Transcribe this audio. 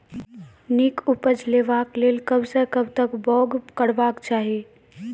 नीक उपज लेवाक लेल कबसअ कब तक बौग करबाक चाही?